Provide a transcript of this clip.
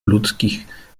ludzkich